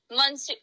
months